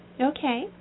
Okay